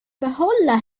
behålla